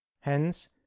hence